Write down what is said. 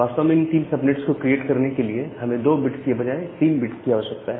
वास्तव में इन 3 सबनेट्स को क्रिएट करने के लिए हमें 2 बिट्स के बजाय 3 बिट्स की आवश्यकता है